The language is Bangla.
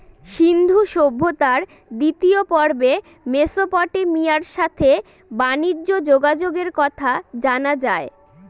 সিন্ধু সভ্যতার দ্বিতীয় পর্বে মেসোপটেমিয়ার সাথে বানিজ্যে যোগাযোগের কথা জানা যায়